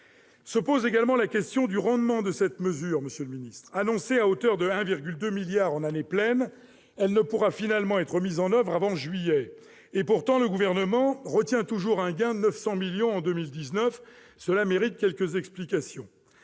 Se pose également la question du rendement de cette mesure : annoncée à hauteur de 1,2 milliard d'euros en année pleine, elle ne pourra finalement être mise en oeuvre avant juillet. Pourtant, le Gouvernement retient toujours un gain de 900 millions d'euros en 2019. Cela mérite quelques explications.